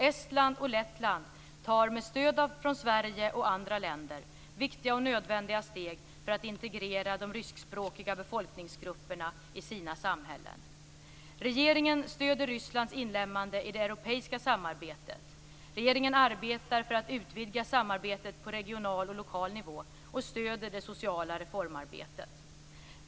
Estland och Lettland tar med stöd från Sverige och andra länder viktiga och nödvändiga steg för att integrera de ryskspråkiga befolkningsgrupperna i sina samhällen. Regeringen stöder Rysslands inlemmande i det europeiska samarbetet. Regeringen arbetar för att utvidga samarbetet på regional och lokal nivå och stöder det sociala reformarbetet.